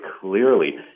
clearly